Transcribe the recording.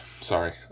Sorry